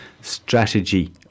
strategy